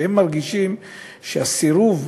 שהם מרגישים שהסירוב,